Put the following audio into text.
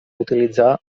utilitzar